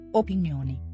opinioni